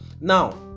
Now